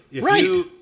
Right